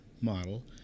model